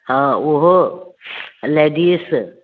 हाँ ओहो लेडिस